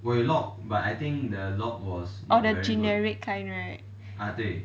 orh the generic kind right